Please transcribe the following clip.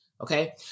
okay